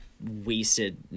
wasted